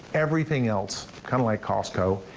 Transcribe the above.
everything else, kind of like costco,